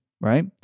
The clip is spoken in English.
right